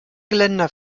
geländer